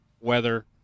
weather